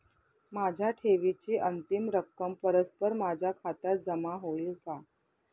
माझ्या ठेवीची अंतिम रक्कम परस्पर माझ्या खात्यात जमा होईल का?